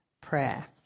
prayer